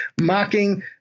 mocking